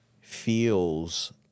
feels